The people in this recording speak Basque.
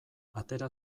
atera